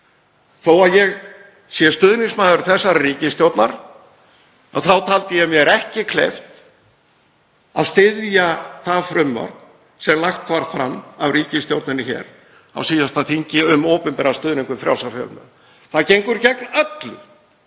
Þó að ég sé stuðningsmaður þessarar ríkisstjórnar taldi ég mér ekki kleift að styðja það frumvarp sem lagt var fram af ríkisstjórninni á síðasta þingi um opinberan stuðning við frjálsa fjölmiðla. Það gengur gegn öllu